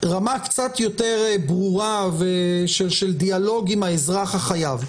רמה קצת יותר ברורה של דיאלוג עם האזרח החייב.